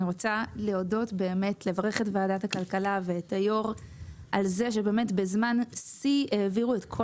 אני רוצה לברך את ועדת הכלכלה ואת היו"ר על זה שבזמן שיא העבירו את כל